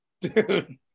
dude